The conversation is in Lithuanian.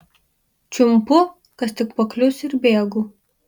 čiumpu kas tik paklius ir bėgu